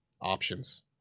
Options